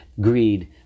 greed